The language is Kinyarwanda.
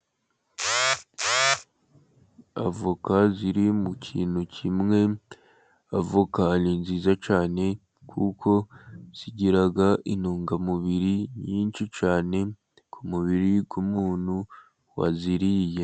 Avoka ziri mu kintu kimwe, avoka ni nziza cyane kuko zigira intungamubiri nyinshi cyane, ku mubiri w'umuntu waziriye.